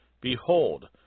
Behold